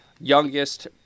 youngest